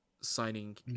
signing